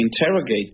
interrogate